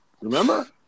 remember